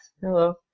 Hello